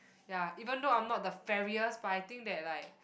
ya even though I'm not the fairest but I think that like